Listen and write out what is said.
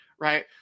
Right